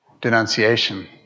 Denunciation